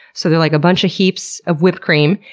so there're like a bunch of heaps of whipped cream,